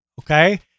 okay